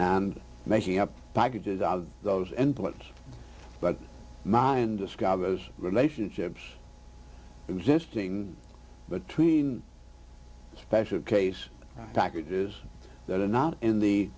and making up packages of those inputs but mine described as relationships existing between special case packages that are not in the